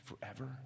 forever